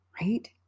Right